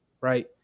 right